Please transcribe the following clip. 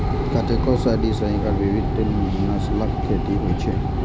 कतेको सदी सं एकर विभिन्न नस्लक खेती होइ छै